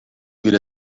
إلى